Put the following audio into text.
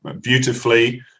beautifully